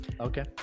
okay